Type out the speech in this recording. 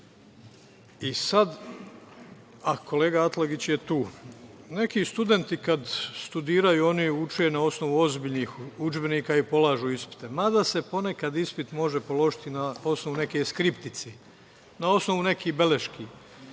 i sada, a kolega Atlagić je tu. Neki studenti kada studiraju oni uče na osnovu ozbiljnih udžbenika i polažu ispite, mada se ponekad ispit može položiti na osnovu neke skriptice, na osnovu nekih beleški.